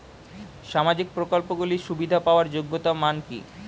সামাজিক প্রকল্পগুলি সুবিধা পাওয়ার যোগ্যতা মান কি?